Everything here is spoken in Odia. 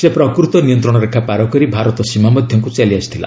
ସେ ପ୍ରକୃତ ନିୟନ୍ତ୍ରଣ ରେଖା ପାର କରି ଭାରତ ସୀମା ମଧ୍ୟକୁ ଚାଲି ଆସିଥିଲା